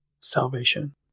salvation